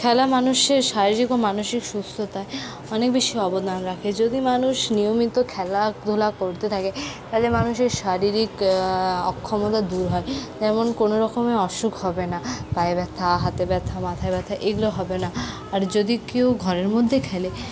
খেলা মানুষের শারীরিক ও মানসিক সুস্থতায় অনেক বেশি অবদান রাখে যদি মানুষ নিয়মিত খেলাধুলা করতে থাকে তাহলে মানুষের শারীরিক অক্ষমতা দূর হয় যেমন কোনো রকমের অসুখ হবে না পায়ে ব্যথা হাতে ব্যথা মাথায় ব্যথা এইগুলো হবে না আর যদি কেউ ঘরের মধ্যে খেলে